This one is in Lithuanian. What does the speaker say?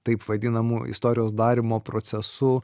taip vadinamu istorijos darymo procesu